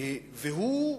והוא,